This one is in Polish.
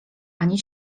ani